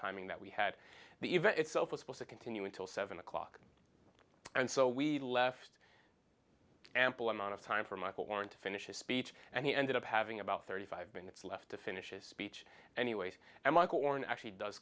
timing that we had the event itself was supposed to continue until seven o'clock and so we left ample amount of time for michael warren to finish his speech and he ended up having about thirty five minutes left to finish his speech anyways and